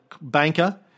banker